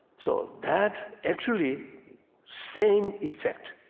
so that actually same effect.